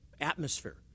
atmosphere